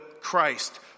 Christ